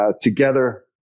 together